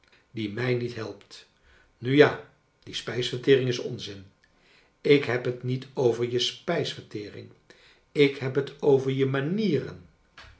die mij niet helpt nu ja die spijsvertering is onzin ik heb het niet over je spijsvertering ik heb het over je manieren